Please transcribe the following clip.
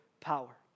power